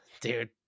Dude